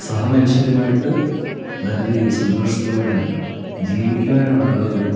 സഹമനുഷ്യരുമായിട്ട് നല്ലരീതിയിൽ സന്തോഷത്തോടെ ജീവിക്കുവാനുമുള്ള ഒരു